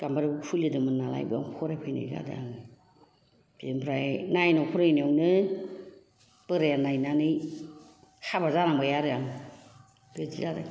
गामबारियाव खुलिदोंमोन नालाय बेयावनो फरायफैनाय जादों बिनिफ्राय नाइनाव फरायनायावनो बोराया नायनानै हाबा जानांबाय आरो आं बिदि जाबाय